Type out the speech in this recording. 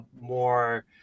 more